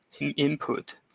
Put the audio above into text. input